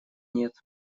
нет